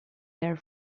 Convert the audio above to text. there